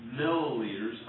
milliliters